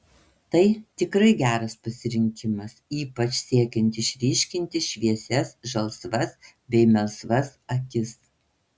tai tikrai geras pasirinkimas ypač siekiant išryškinti šviesias žalsvas bei melsvas akis